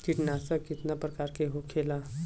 कीटनाशक कितना प्रकार के होखेला?